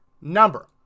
number